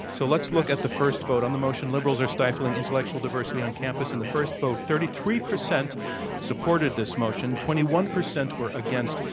so, let's look at the first vote on the motion, liberals are stifling intellectual d iversity on campus, and the first vote, thirty three percent supported this motion, twenty one percent were against,